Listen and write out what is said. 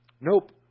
Nope